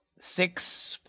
Six